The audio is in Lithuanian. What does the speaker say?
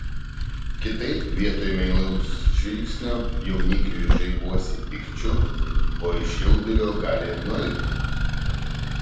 kitaip vietoj meilaus žvilgsnio jaunikiui žaibuosi pykčiu o iš jaudulio gali ir nualpti